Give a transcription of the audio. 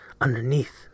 underneath